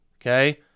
Okay